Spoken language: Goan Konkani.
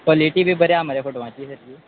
क्वॉलिटी बी बरी आसा मरे फोटोवाची सारकी